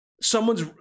someone's